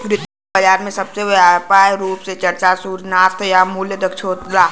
वित्तीय बाजार में सबसे व्यापक रूप से चर्चा सूचनात्मक या मूल्य दक्षता हौ